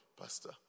pastor